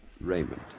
Raymond